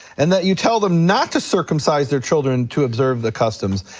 and that you tell them not to circumcise their children to observe the customs.